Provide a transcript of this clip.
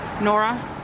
Nora